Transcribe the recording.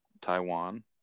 Taiwan